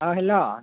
औ हेलौ